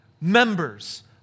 Members